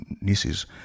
nieces